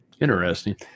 Interesting